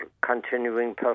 continuing